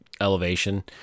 elevation